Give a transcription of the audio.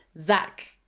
Zach